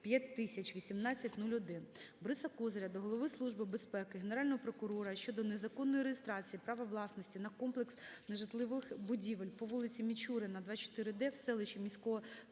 №12018150050001801. Бориса Козиря до Голови Служби безпеки, Генерального прокурора щодо незаконної реєстрації права власності на комплекс нежитлових будівель по вулиці Мічуріна, 24-Д в селищі міського